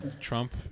trump